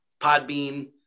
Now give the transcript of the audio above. Podbean